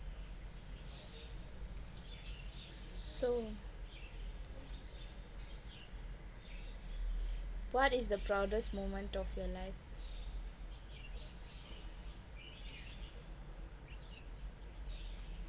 so what is the proudest moment of your life